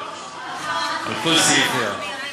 על כל סעיפיה.